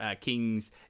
kings